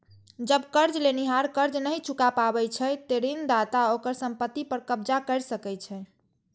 जब कर्ज लेनिहार कर्ज नहि चुका पाबै छै, ते ऋणदाता ओकर संपत्ति पर कब्जा कैर सकै छै